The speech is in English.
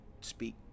speak